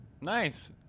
nice